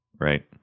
Right